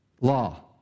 Law